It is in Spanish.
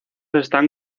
están